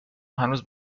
هنوز